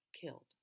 killed